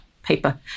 paper